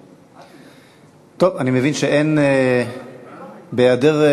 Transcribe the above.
הוא גם לא יכול לנדוד במהירות